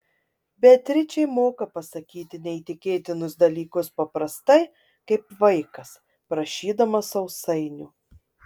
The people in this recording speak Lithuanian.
beatričė moka pasakyti neįtikėtinus dalykus paprastai kaip vaikas prašydamas sausainio